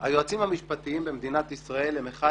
היועצים המשפטיים במדינת ישראל הם אחד